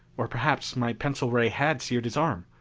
or perhaps my pencil ray had seared his arm.